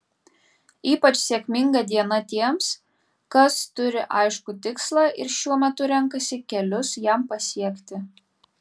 ypač sėkminga diena tiems kas turi aiškų tikslą ir šiuo metu renkasi kelius jam pasiekti